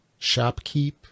Shopkeep